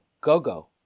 gogo